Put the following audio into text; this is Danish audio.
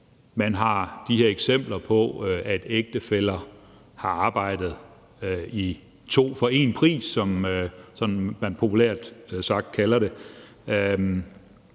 Man har de her eksempler på, at ægtefæller har arbejdet for to for éns-pris, som man populært sagt kalder det,